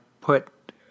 put